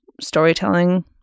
storytelling